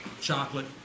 chocolate